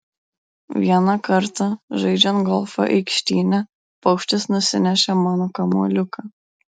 vieną kartą žaidžiant golfą aikštyne paukštis nusinešė mano kamuoliuką